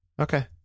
Okay